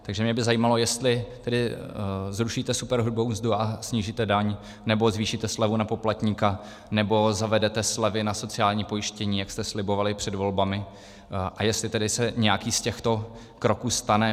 Takže mě by zajímalo, jestli tedy zrušíte superhrubou mzdu a snížíte daň, nebo zvýšíte slevu na poplatníka, nebo zavedete slevy na sociálním pojištění, jak jste slibovali před volbami, a jestli tedy se nějaký z těchto kroků stane.